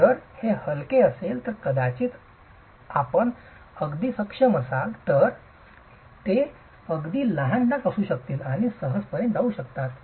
जर ते हलके असेल तर कदाचित आपण अगदी सक्षम असाल तर ते अगदी लहान डाग असू शकतात अगदी सहज जाऊ शकतात